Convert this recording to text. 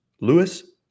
Lewis